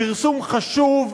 פרסום חשוב,